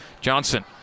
Johnson